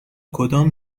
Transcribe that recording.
کدام